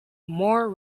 more